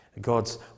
God's